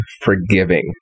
forgiving